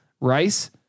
Rice